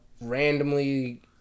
randomly